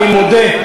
אני מודה,